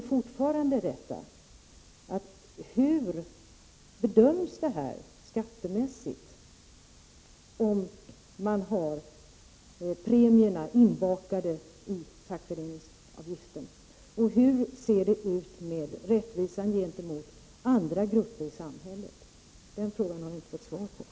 Kvar står frågorna: Hur bedöms det skattemässigt, om premierna är inbakade i fackföreningsavgiften, hur ser det ut med rättvisan gentemot andra grupper i samhället? De frågorna har vi inte fått svar på.